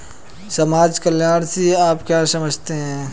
समाज कल्याण से आप क्या समझते हैं?